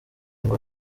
ngo